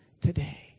today